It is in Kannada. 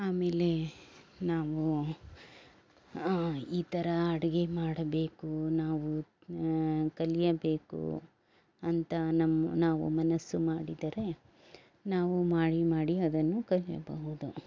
ಆಮೇಲೆ ನಾವು ಈ ಥರ ಅಡುಗೆ ಮಾಡಬೇಕು ನಾವು ಕಲಿಯಬೇಕು ಅಂತ ನಮ್ಮ ನಾವು ಮನಸ್ಸು ಮಾಡಿದರೆ ನಾವು ಮಾಡಿ ಮಾಡಿ ಅದನ್ನು ಕಲಿಯಬಹುದು